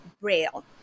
braille